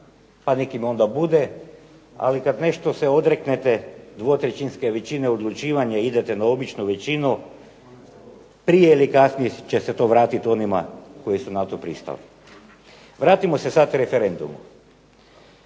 pa neka im onda bude, ali kada se nečega već odreknete dvotrećinske većine odlučivanje, idete na običnu većinu, prije ili kasnije će se vratiti onima koji su na to pristali. Vratimo se sada referendumu.